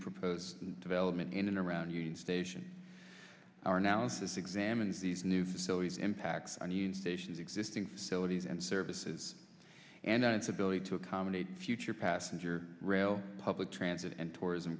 proposed development in and around union station our analysis examines these new facilities impacts our new stations existing facilities and services and its ability to accommodate future passenger rail public transit and tourism